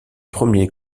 premier